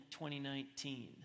2019